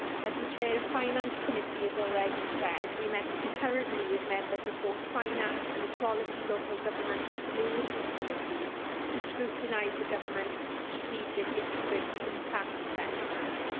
as the chair of finance committee has already said, we met concurrently with members of both the finance and equality, local government and communities committees to scrutinise the government's strategic integrated impact assessment.